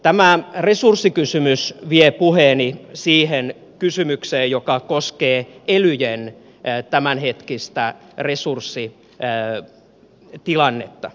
tämä resurssikysymys vie puheeni siihen kysymykseen joka koskee elyjen tämänhetkistä resurssitilannetta